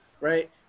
right